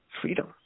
freedom